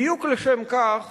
בדיוק לשם כך